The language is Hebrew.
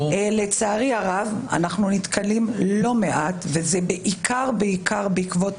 לצערי הרב, אנחנו נתקלים לא מעט, בעיקר בעקבות